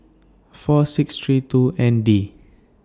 four six three two N D